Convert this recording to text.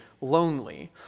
lonely